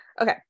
Okay